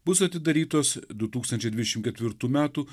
bus atidarytos du tūkstančiai dvidešimt ketvirtų metų